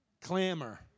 clamor